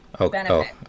okay